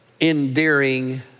endearing